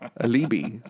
Alibi